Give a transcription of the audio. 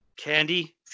candy